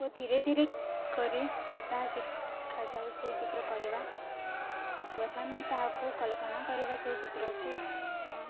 ଓ ଧୀରେ ଧୀରେ କରି ତାହା ଶିଖାଯାଏ ସେହି ଚିତ୍ର କରିବା ପ୍ରଥମେ ତାହାକୁ କଳ୍ପନା କରିବା ସେହି ଚିତ୍ରକୁ